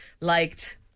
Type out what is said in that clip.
liked